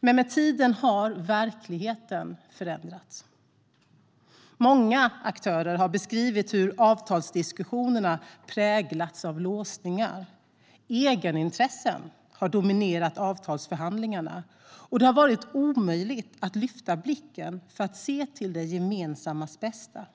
men med tiden har verkligheten förändrats. Många aktörer har beskrivit hur avtalsdiskussionerna präglats av låsningar. Egenintressen har dominerat avtalsförhandlingarna, och det har varit omöjligt att lyfta blicken för att se till det gemensammas bästa.